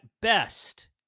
best